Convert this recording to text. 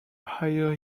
higher